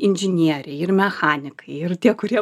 inžinieriai ir mechanikai ir tie kurie